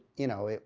you know,